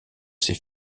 ses